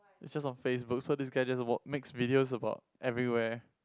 it's just on Facebook so this guy just walk makes videos about everywhere